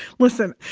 listen,